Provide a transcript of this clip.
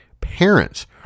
Parents